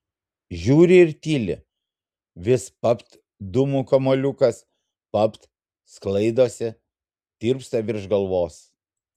žiūri ir tyli vis papt dūmų kamuoliukas papt sklaidosi tirpsta virš galvos